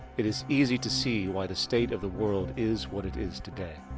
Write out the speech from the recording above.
it is easy to see why the state of the world is what it is today.